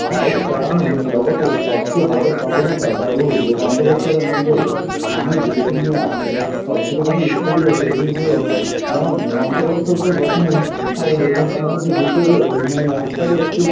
bike চালানো জগতের সবচেয়ে বড় প্রবণতা বা রুট গন্তব্যস্থলের মধ্যে আমি যেটি নিয়ে সবথেকে বেশি উত্তেজিত সেইটি হলো যেমন গন্তব্যস্থল তো প্রথমেই থাকবে এবং তার মধ্যে রুটের মানে রাস্তারও একটু